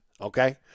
okay